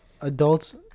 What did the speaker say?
adults